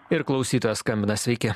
ir klausytojas skambina sveiki